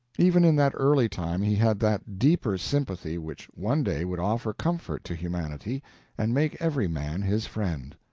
even in that early time he had that deeper sympathy which one day would offer comfort to humanity and make every man his friend.